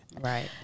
Right